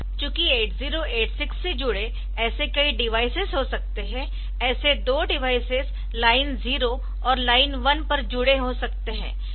चूँकि 8086 से जुड़े ऐसे कई डिवाइसेस हो सकते है ऐसे दो डिवाइसेस लाइन 0 और लाइन 1 पर जुड़े हो सकते है